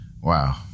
wow